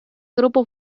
grupo